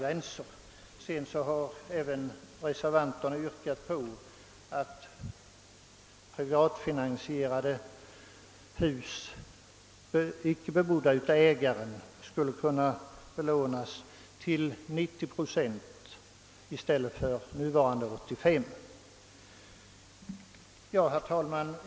Vidare har reservanterna yrkat, att privatfinansierade hus som icke bebos av ägaren skall kunna belånas till 90 procent i stället för som nu till 85 procent. Herr talman!